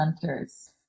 centers